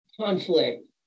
conflict